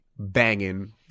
Banging